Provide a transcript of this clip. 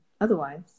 otherwise